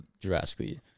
drastically